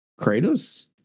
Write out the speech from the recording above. kratos